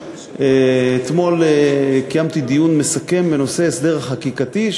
אתמול קיימתי דיון מסכם בנושא ההסדר החקיקתי.